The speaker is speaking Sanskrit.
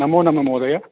नमो नम महोदय